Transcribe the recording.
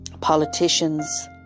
politicians